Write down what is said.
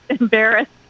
embarrassed